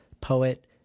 poet